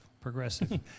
Progressive